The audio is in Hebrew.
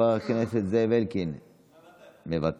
חבר הכנסת עודד פורר,